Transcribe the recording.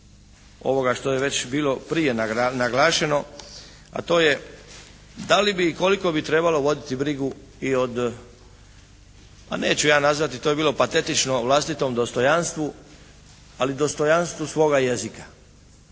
ovoga što je već bilo prije naglašeno, a to je da li bi i koliko bi trebalo voditi brigu i od, a neću ja nazvati to bi bilo patetično vlastitom dostojanstvu, ali dostojanstvu svoga jezika.